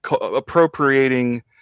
appropriating